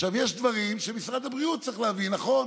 עכשיו, יש דברים שמשרד הבריאות צריך להביא, נכון,